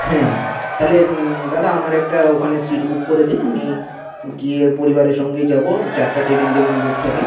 হ্যাঁ তাহলে দাদা আমার একটা ওখানে সিট বুক করে দিন আমি গিয়ে পরিবারের সঙ্গেই যাব চারটা টেবিল যেমন বুক থাকে